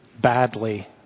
badly